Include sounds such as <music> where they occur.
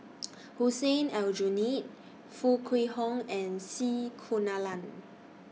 <noise> Hussein Aljunied Foo Kwee Horng and C Kunalan